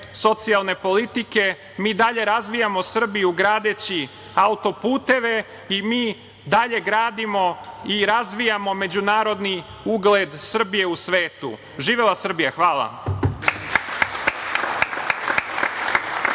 socijalne politike. Mi dalje razvijamo Srbiju gradeći autoputeve i mi dalje gradimo i razvijamo međunarodni ugled Srbije u svetu. Živela Srbija! Hvala.